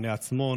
בני עצמון,